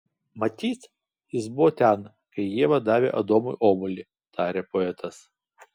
matyt jis buvo ten kai ieva davė adomui obuolį tarė poetas